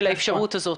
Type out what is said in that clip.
של האפשרות הזאת.